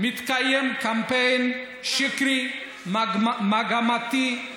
מתקיים קמפיין שקרי, מגמתי,